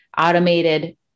automated